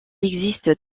existe